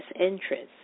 interests